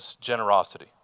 generosity